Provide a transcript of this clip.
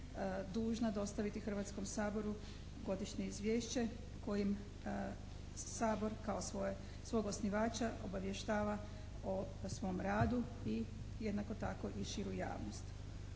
Hrvatskom saboru godišnje izvješće kojim Sabor kao svog osnivača obavještava o svom radu i jednako tako i širu javnost.